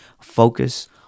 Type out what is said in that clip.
focus